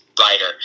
writer